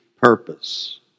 purpose